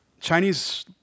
Chinese